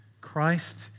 Christ